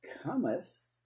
cometh